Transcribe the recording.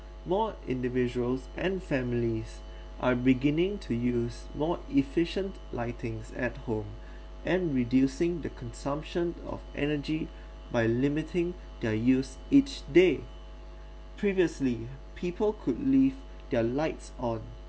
more individuals and families are beginning to use more efficient lightings at home and reducing the consumption of energy by limiting their use each day previously people could leave their lights on